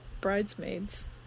Bridesmaids